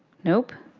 nope.